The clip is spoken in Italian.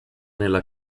nella